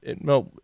No